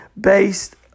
based